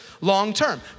long-term